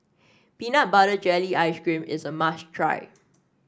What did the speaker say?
Peanut Butter Jelly Ice cream is a must try